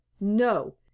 No